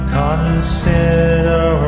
consider